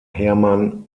hermann